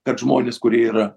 kad žmonės kurie yra